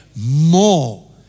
more